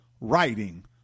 writing